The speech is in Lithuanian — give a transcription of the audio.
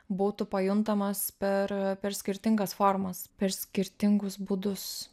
būtų pajuntamas per per skirtingas formas per skirtingus būdus